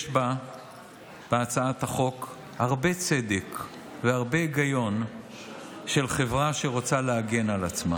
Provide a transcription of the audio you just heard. יש בהצעת החוק הרבה צדק והרבה היגיון של חברה שרוצה להגן על עצמה.